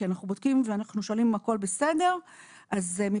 כי אנחנו בודקים ושואלים אם הכול בסדר,